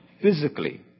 physically